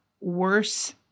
worse